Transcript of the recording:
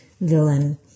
villain